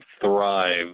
thrive